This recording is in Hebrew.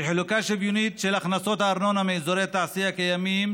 ובחלוקה שוויונית של הכנסות הארנונה מאזורי תעשייה קיימים,